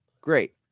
Great